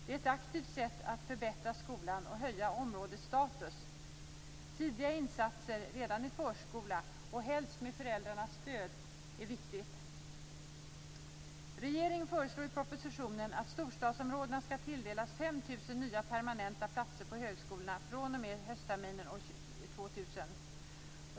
Det är ett aktivt sätt att förbättra skolan och höja områdets status. Tidiga insatser redan i förskolan, och helst med föräldrarnas stöd är viktigt. Regeringen föreslår i propositionen att storstadsområdena skall tilldelas 5 000 nya permanenta platser på högskolorna fr.o.m. höstterminen år 2000.